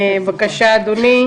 בבקשה אדוני,